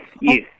yes